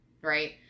Right